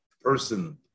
person